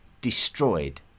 destroyed